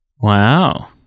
Wow